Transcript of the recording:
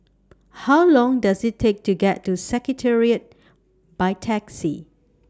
How Long Does IT Take to get to Secretariat By Taxi